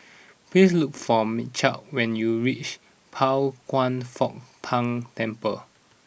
please look for Michial when you reach Pao Kwan Foh Tang Temple